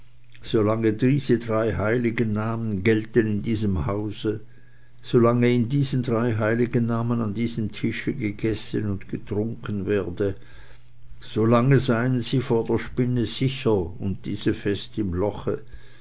solange diese drei heiligen namen gelten in diesem hause solange in diesen drei heiligen namen an diesem tische gegessen und getrunken werde so lange seien sie vor der spinne sicher und diese fest im loche